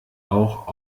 auch